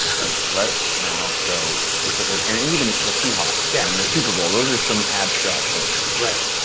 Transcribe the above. like let's now go specific. and and even the seahawks yeah and the super bowl, those are some abstract things. right,